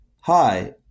Hi